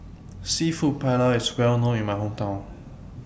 Seafood Paella IS Well known in My Hometown